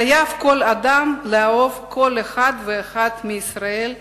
חייב כל אדם לאהוב כל אחד ואחד מישראל כגופו.